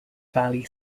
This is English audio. valley